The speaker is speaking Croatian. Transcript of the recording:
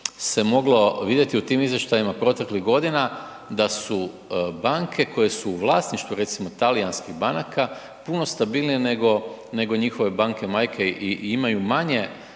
se moglo vidjeti u tim izvještajima proteklih godina, da su banke koje su u vlasništvu recimo talijanskih banaka puno stabilnije nego njihove banke majke i imaju manje